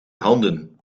handen